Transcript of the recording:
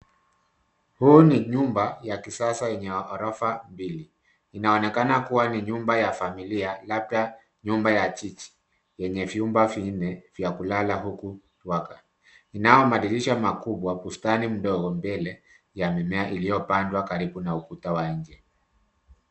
Huu ni nyumba ya kisasa yenye ghorofa mbili. Inaonekana kuwa ni nyumba ya familia, labda nyumba ya jiji, yenye vyumba vinne vya kulala huku waka. Linao madirisha makubwa, bustani ndogo mbele iliyopandwa karibu na ukuta wa nje.